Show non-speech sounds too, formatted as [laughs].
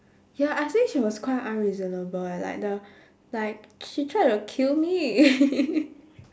ya I think she was quite unreasonable eh like the like she tried to kill me [laughs]